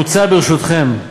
מוצע, ברשותכם,